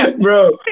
Bro